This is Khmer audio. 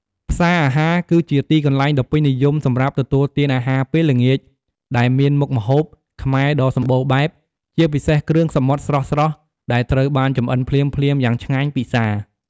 ផ្សារអាហារគឺជាទីកន្លែងដ៏ពេញនិយមសម្រាប់ទទួលទានអាហារពេលល្ងាច ដែលមានមុខម្ហូបខ្មែរដ៏សម្បូរបែប ជាពិសេសគ្រឿងសមុទ្រស្រស់ៗ ដែលត្រូវបានចម្អិនភ្លាមៗយ៉ាងឆ្ងាញ់ពិសា។